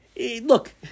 look